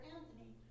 Anthony